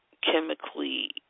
chemically